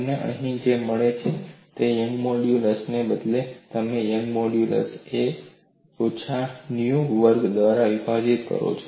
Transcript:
તમને અહીં જે મળે છે તે યંગના મોડ્યુલસને બદલે તમે યંગના મોડ્યુલસને 1 ઓછા ન્યુ વર્ગ દ્વારા વિભાજીત કરો છો